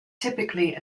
typically